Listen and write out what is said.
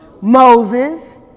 Moses